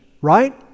right